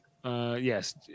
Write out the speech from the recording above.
Yes